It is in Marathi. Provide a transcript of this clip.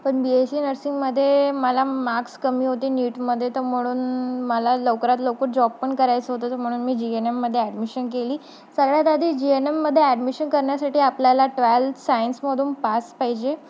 पण बी एससी नर्सिंगमध्ये मला मार्क्स कमी होते नीटमध्ये तर म्हणून मला लवकरात लवकर जॉब पण करायचं होतं तर म्हणून मी जीएनएममध्ये ॲडमिशन केली सगळ्यात आधी जी एन एममध्ये ॲडमिशन करण्यासाठी आपल्याला ट्वेल्थ सायन्समधून पास पाहिजे